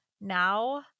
Now